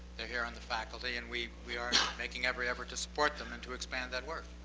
they're here on the faculty. and we we are making every effort to support them and to expand that work.